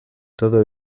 todo